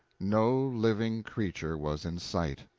no living creature was in sight!